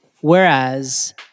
Whereas